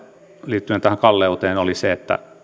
liittyen tähän kalleuteen oli se että